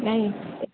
ନାଇଁ